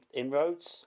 inroads